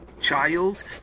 child